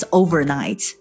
overnight